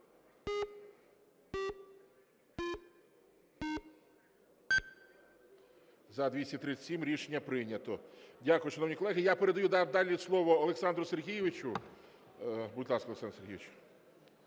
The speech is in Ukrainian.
За-237 Рішення прийнято. Дякую, шановні колеги. Я передаю далі слово Олександру Сергійовичу. Будь ласка, Олександр Сергійович.